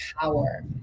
power